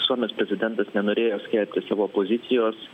suomijos prezidentas nenorėjo skelbti savo pozicijos